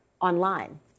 online